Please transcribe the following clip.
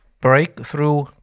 breakthrough